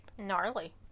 Gnarly